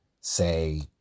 say